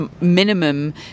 minimum